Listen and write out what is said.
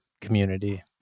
community